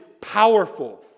powerful